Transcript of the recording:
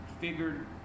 figured